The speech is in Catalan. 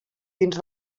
dins